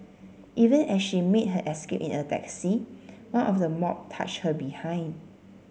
even as she made her escape in a taxi one of the mob touched her behind